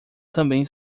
também